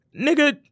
Nigga